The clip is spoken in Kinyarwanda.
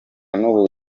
n’ubuzima